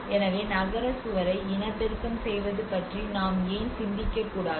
எனவே நகர சுவரை இனப்பெருக்கம் செய்வது பற்றி நாம் ஏன் சிந்திக்க முடியாது